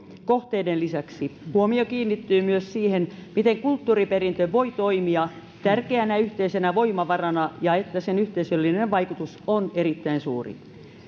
kohteiden lisäksi huomio kiinnittyy myös siihen että kulttuuriperintö voi toimia tärkeänä yhteisenä voimavarana ja että sen yhteisöllinen vaikutus on erittäin suuri